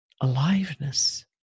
aliveness